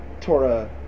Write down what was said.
Torah